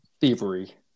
thievery